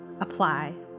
Apply